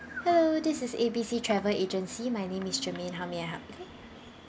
hello this is A B C travel agency my name is germaine how may I help you